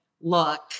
Look